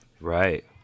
right